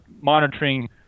monitoring